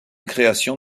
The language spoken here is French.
création